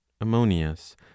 Ammonius